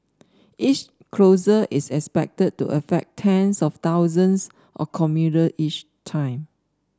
each closure is expected to affect tens of thousands of commuter each time